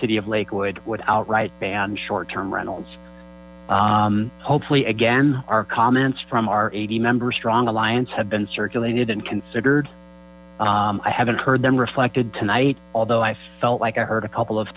city of lakewood would outright ban short term rentals hopefully again our comments from our member strong alliance have been circulated and considered i haven't heard them reflected tonight although i felt like i heard a couple of